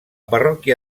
parròquia